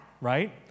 right